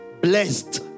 blessed